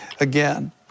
again